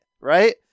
right